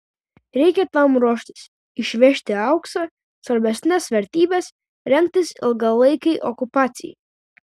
reikia tam ruoštis išvežti auksą svarbesnes vertybes rengtis ilgalaikei okupacijai